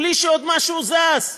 ובלי שעוד משהו זז,